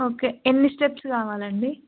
okay ఎన్నిస్టెప్స్ కావాలండి